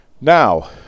Now